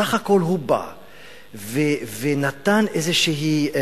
בסך הכול הוא בא ונתן איזו אזהרה